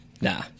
Nah